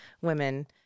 women